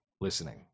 listening